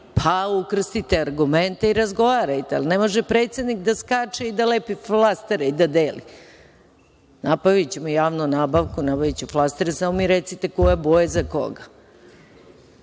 pa ukrstite argumente i razgovarajte, ali ne može predsednik da skače i da lepi flastere i da deli. Napravićemo javnu nabavku, nabavićemo flastere, samo mi recite koja boja je za koga.